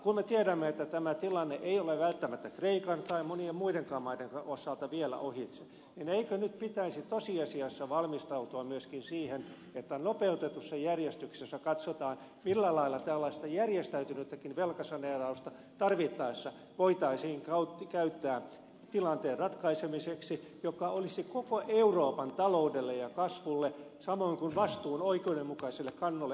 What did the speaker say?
kun me tiedämme että tämä tilanne ei ole välttämättä kreikan tai monien muidenkaan maiden osalta vielä ohi niin eikö nyt pitäisi tosiasiassa valmistautua myöskin siihen että nopeutetussa järjestyksessä katsotaan millä lailla tällaista järjestäytynyttäkin velkasaneerausta tarvittaessa voitaisiin käyttää tilanteen ratkaisemiseksi mikä olisi koko euroopan taloudelle ja kasvulle samoin kuin vastuun oikeudenmukaiselle kannolle oikea ratkaisu